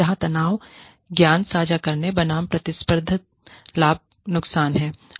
यहाँ तनाव ज्ञान साझा करने बनाम प्रतिस्पर्धात्मक लाभ का नुकसान है